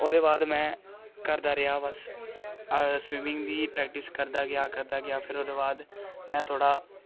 ओह्दे बाद में करदा रेहा बस स्विमिंग दी प्रेक्टिस करदा गेआ करदा गेआ फिर ओह्दे बाद में थोह्ड़ा